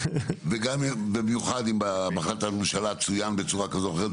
וגם במיוחד אם בהחלטת הממשלה צוין בצורה כזו או אחרת,